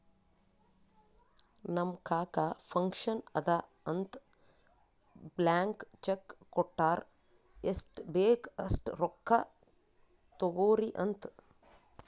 ನಮ್ ಕಾಕಾ ಫಂಕ್ಷನ್ ಅದಾ ಅಂತ್ ಬ್ಲ್ಯಾಂಕ್ ಚೆಕ್ ಕೊಟ್ಟಾರ್ ಎಷ್ಟ್ ಬೇಕ್ ಅಸ್ಟ್ ರೊಕ್ಕಾ ತೊಗೊರಿ ಅಂತ್